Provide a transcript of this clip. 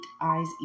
eyes